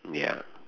ya